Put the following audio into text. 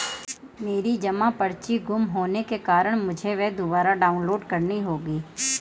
मेरी जमा पर्ची गुम होने के कारण मुझे वह दुबारा डाउनलोड करनी होगी